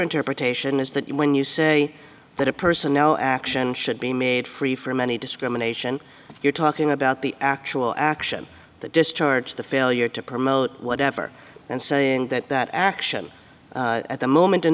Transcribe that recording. interpretation is that you when you say that a person no action should be made free from any discrimination you're talking about the actual action the discharge the failure to promote whatever and saying that that action at the moment in